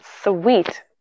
Sweet